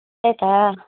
त्यही त